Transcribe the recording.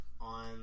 on